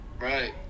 Right